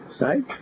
Right